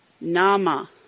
Nama